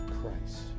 Christ